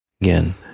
Again